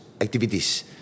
activities